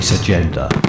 Agenda